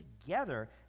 together